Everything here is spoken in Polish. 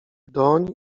doń